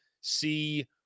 see